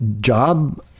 job